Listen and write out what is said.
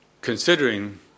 considering